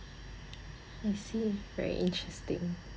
I see very interesting